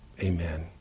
Amen